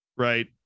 right